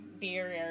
beer